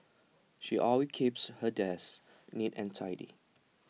she always keeps her desk neat and tidy